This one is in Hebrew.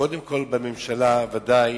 קודם כול בממשלה, וודאי